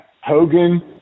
Hogan